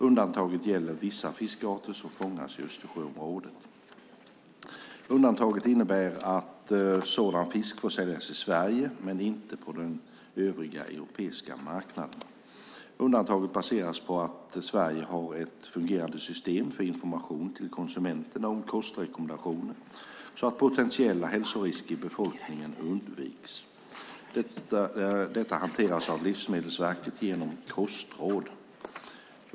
Undantaget gäller vissa fiskarter som fångas i Östersjöområdet och innebär att sådan fisk får säljas i Sverige men inte på den övriga europeiska marknaden. Undantaget baseras på att Sverige har ett fungerande system för information till konsumenterna om kostrekommendationer så att potentiella hälsorisker i befolkningen undviks. Detta hanteras av Livsmedelsverket genom kostråd.